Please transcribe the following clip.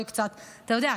אתה יודע,